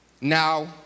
Now